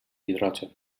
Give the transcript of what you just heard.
hidrogen